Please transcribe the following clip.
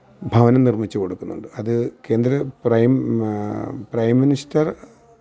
ഭവനം നിര്മ്മിച്ചു കൊടുക്കുന്നുണ്ട് അത് കേന്ദ്ര പ്രൈം പ്രൈം മിനിസ്റ്റർ